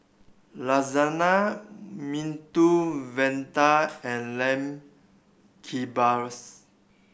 Lasagna Medu Vada and Lamb Kebabs